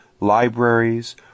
libraries